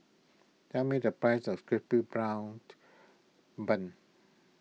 tell me the price of Crispy